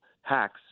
hacks